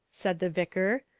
said the vicar,